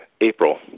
April